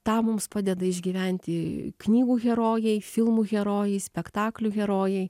tą mums padeda išgyventi knygų herojai filmų herojai spektaklių herojai